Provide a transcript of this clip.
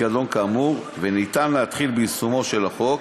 הפיקדון כאמור וניתן להתחיל ביישומו של החוק,